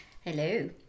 Hello